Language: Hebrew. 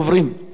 יובל המבולבל,